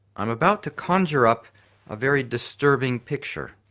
i am about to conjure up a very disturbing picture,